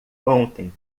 ontem